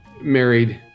married